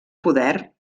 poder